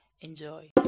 Enjoy